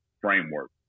framework